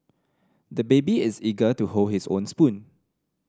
the baby is eager to hold his own spoon